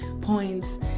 points